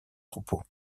troupeaux